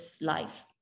life